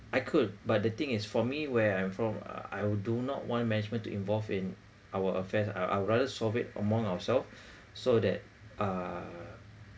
I could but the thing is for me where I'm from uh I'll do not want management to involve in our affairs I'd rather solve it among ourselves so that uh